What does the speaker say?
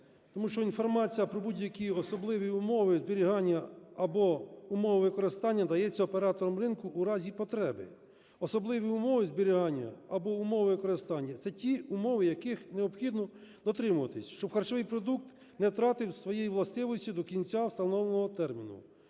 Тому що інформація про будь-які особливі умови зберігання або умови використання дається оператором ринку у разі потреби. Особливі умови зберігання або умови використання – це ті умови, яких необхідно дотримуватись, щоб харчовий продукт не втратив своєї властивості до кінця встановленого терміну.